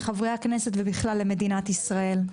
לחברי הכנסת ובכלל למדינת ישראל.